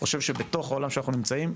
חושב שבתוך העולם שאנחנו נמצאים,